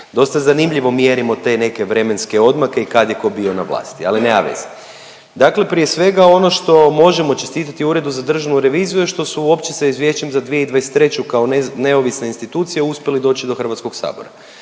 Dosta zanimljivo mjerimo te neke vremenske odmake i kad je tko bio na vlasti, ali nema veze. Dakle, prije svega ono što možemo čestitati Uredu za državnu reviziju što su uopće sa izvješćem za 2023. kao neovisna institucija uspjeli doći do Hrvatskog sabora